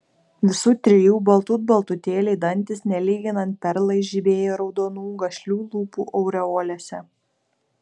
visų trijų baltut baltutėliai dantys nelyginant perlai žibėjo raudonų gašlių lūpų aureolėse